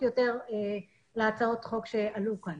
ההתייחסות להצעות החוק שעלו כאן.